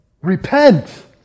Repent